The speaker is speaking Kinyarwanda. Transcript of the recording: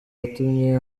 yatumye